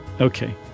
Okay